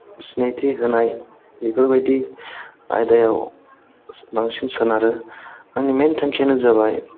सिनायथि होनाय बेफोरबायदि आयदायाव बांसिन सोनारो आंनि मेन थांखियानो जाबाय